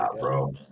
bro